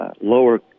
lower